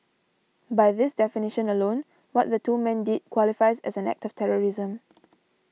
by this definition alone what the two men did qualifies as an act of terrorism